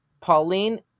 Pauline